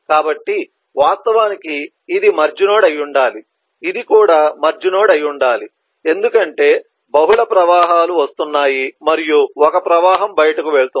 కాబట్టి వాస్తవానికి ఇది మెర్జ్ నోడ్ అయి ఉండాలి ఇది కూడా మెర్జ్ నోడ్ అయి ఉండాలి ఎందుకంటే బహుళ ప్రవాహాలు వస్తున్నాయి మరియు ఒక ప్రవాహం బయటకు వెళుతుంది